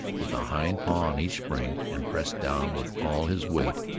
with a hind paw on each spring, and pressed down with all his weight.